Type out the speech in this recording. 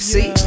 See